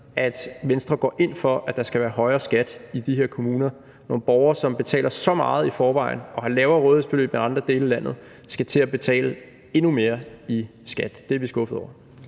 at Venstre går ind for, at der skal være højere skat i de her kommuner – at nogle borgere, som betaler så meget i forvejen og har lavere rådighedsbeløb end i andre dele af landet, skal til at betale endnu mere i skat. Det er vi skuffede over.